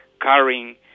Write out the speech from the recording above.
carrying